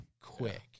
quick